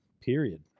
period